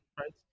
right